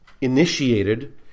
initiated